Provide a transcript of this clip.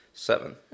seven